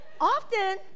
Often